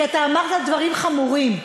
כי אמרת דברים חמורים.